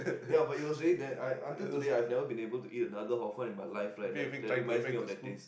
ya but it was really damn I I until today I have never been able to eat another Hor-Fun in my life right that that reminds me of that taste